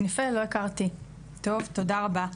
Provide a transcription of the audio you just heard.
יפה לא הכרתי, תודה רבה.